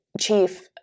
chief